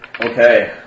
Okay